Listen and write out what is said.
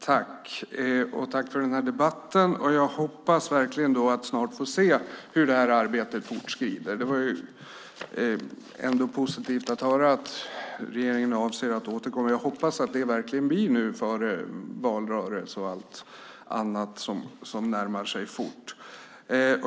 Fru talman! Tack för den här debatten! Jag hoppas att snart få se hur det här arbetet fortskrider. Det var ändå positivt att få höra att regeringen avser att återkomma. Jag hoppas att det verkligen blir före valrörelse och annat som närmar sig fort.